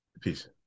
Peace